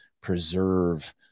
preserve